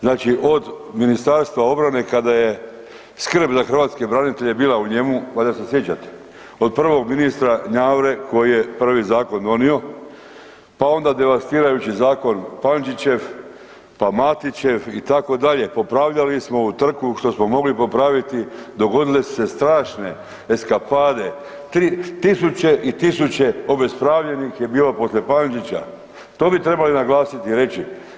Znači od Ministarstva obrane kada je skrb za hrvatske branitelje bila u njemu, valjda se sjećate, od prvog ministra Njavre koji je prvi zakon donio, pa onda devastirajući zakon Pančićev, pa Matićev itd., popravljali smo u trku što smo mogli popraviti, dogodile su se strašne eskapade, tisuće i tisuće obespravljenih je bilo poslije Pančića, to bi trebali naglasiti i reći.